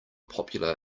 popular